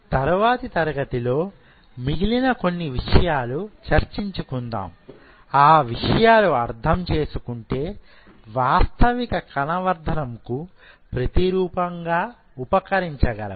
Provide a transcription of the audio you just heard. తరువాతి తరగతిలో మిగిలిన కొన్ని విషయాలు చర్చించుకుందాం ఆ విషయాలు అర్థం చేసుకుంటే వాస్తవిక కణ వర్ధనంకు ప్రతిరూపంగా ఉపకరించగలవు